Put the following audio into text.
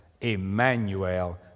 Emmanuel